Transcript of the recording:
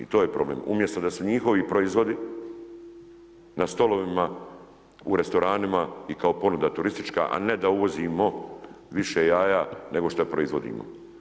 I to je problem, umjesto da su njihovi proizvodi, na stolovima u restoranima i kao ponuda turistička, a ne da uvozimo više jaja, nego što proizvodimo.